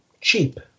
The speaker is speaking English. cheap